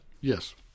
Yes